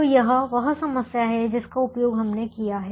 तो यह वह समस्या है जिसका उपयोग हमने किया है